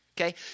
Okay